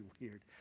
weird